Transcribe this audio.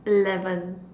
eleven